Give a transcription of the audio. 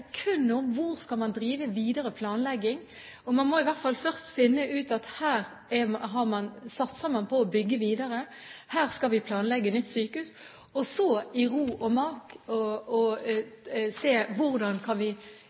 kun om hvor man skal drive videre planlegging. Man må i hvert fall først finne ut at her satser man på å bygge videre, her skal vi planlegge nytt sykehus, og så i ro og mak se på hvordan vi kan